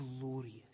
glorious